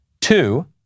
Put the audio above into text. Two